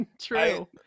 True